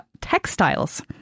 textiles